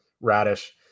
Radish